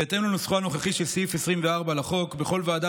בהתאם לנוסחו הנוכחי של סעיף 24 לחוק בכל ועדה